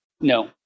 No